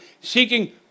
seeking